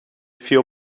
feel